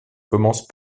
commence